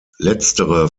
letztere